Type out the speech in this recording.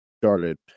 started